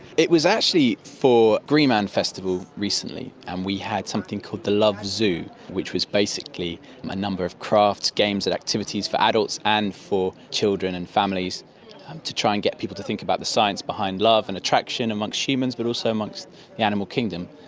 it was actually for the green man festival recently, and we had something called the love zoo which was basically a number of crafts, games and activities for adults and for children and families to try and get people to think about the science behind love and attraction amongst humans, but also amongst the animal kingdom.